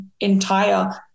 entire